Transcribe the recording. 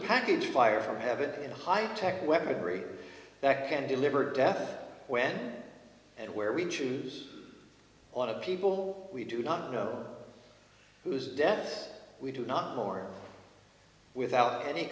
package fire from have it in a high tech weaponry that can deliver death when and where we choose a lot of people we do not know whose deaths we do not more without any